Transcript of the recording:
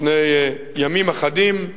לפני ימים אחדים,